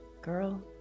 Girl